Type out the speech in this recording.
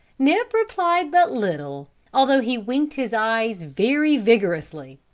nip replied but little, although he winked his eyes very vigorously.